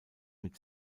mit